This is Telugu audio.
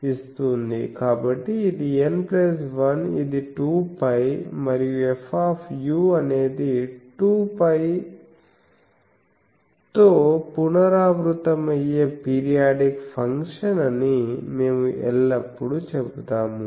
కాబట్టి ఇది N1ఇది 2π మరియు F అనేది 2π తో పునరావృతమయ్యే పీరియాడిక్ ఫంక్షన్ అని మేము ఎల్లప్పుడూ చెబుతాము